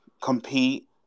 compete